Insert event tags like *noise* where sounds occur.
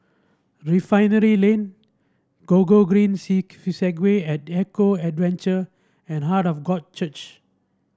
Refinery Lane Go Gogreen *unintelligible* Segway at Eco Adventure and Heart of God Church